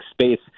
space